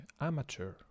amateur